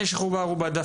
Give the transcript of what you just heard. ערובה אגב,